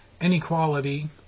inequality